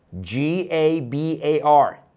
G-A-B-A-R